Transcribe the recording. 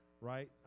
right